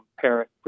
parent